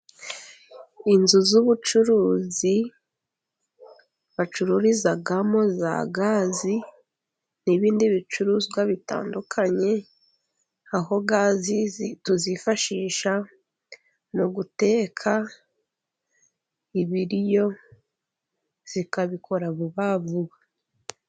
Inzu z'ubucuruzi bacururizamo za gaze n'ibindi bicuruzwa bitandukanye, aho gaze tuzifashisha mu guteka ibiryo zikabikora vuba vuba.